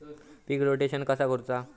पीक rotation कसा करूचा?